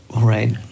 Right